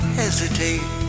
hesitate